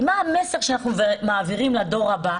מה המסר שאנחנו מעבירים לדור הבא?